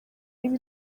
y’ibi